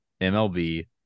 MLB